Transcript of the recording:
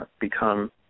become